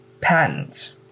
patents